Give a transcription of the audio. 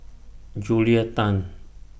Julia Tan